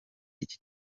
iki